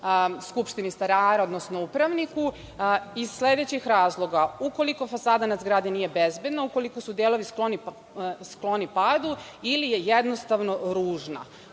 skupštini stanara, odnosno upravniku iz sledećih razloga: ukoliko fasada na zgradi nije bezbedna, ukoliko su delovi skloni padu, ili je jednostavno ružna.